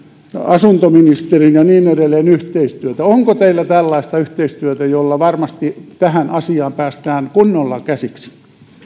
asuntoministerin ja niin edelleen yhteistyötä onko teillä tällaista yhteistyötä jolla varmasti tähän asiaan päästään kunnolla käsiksi